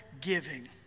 giving